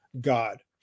god